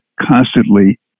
constantly